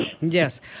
Yes